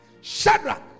Shadrach